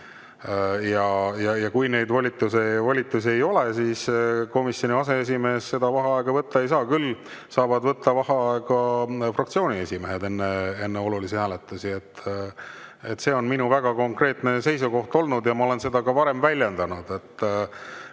Kui neid volitusi ei ole, siis komisjoni aseesimees vaheaega võtta ei saa. Küll aga saavad võtta vaheaega fraktsiooni esimehed enne olulisi hääletusi. See on minu väga konkreetne seisukoht olnud ja ma olen seda ka varem väljendanud.